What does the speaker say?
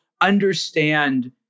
understand